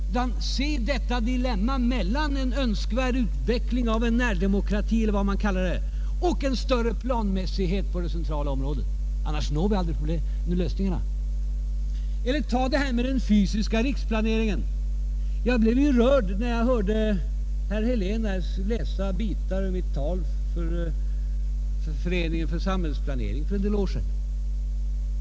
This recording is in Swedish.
Erkänn detta dilemma som måste vara ett samspel mellan en önskvärd utveckling av en närdemokrati, eller vad man vill kalla det, och en större planmässighet på det sociala området. Annars når vi aldrig lösningarna. Eller tag den fysiska riksplaneringen. Jag blev rörd när jag hörde herr Helén läsa delar av mitt tal hos Föreningen för samhällsplanering för en del år sedan.